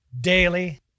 Daily